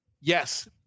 yes –